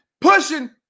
pushing